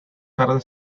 tarde